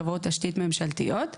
חברות תשתית ממשלתיות.